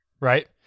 right